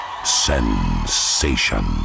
Sensation